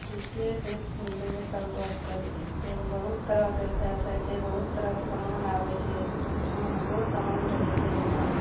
ठिके छै मिलबै तब गप करबै बहुत तरहके फेस होइ छै बहुत तरहके समान आबै छै महगो समान रहै छै एहिमे